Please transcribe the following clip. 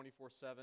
24-7